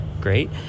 great